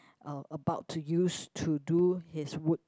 uh about to use to do his wood